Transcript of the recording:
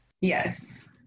yes